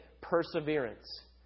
perseverance